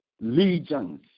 legions